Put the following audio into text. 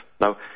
Now